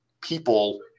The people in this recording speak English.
people